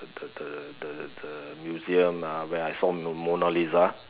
the the the the museum uh where I saw Mona-Lisa